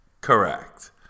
Correct